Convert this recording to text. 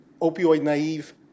opioid-naive